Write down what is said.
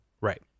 Right